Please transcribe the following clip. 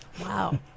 Wow